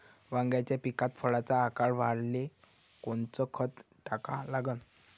वांग्याच्या पिकात फळाचा आकार वाढवाले कोनचं खत टाका लागन?